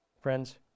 Friends